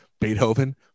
Beethoven